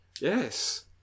Yes